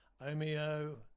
Omeo